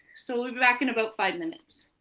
so we'll back in about five minutes.